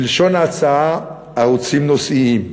בלשון ההצעה: "ערוצים נושאיים".